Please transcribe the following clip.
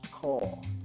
call